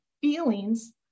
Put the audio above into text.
feelings